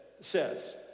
says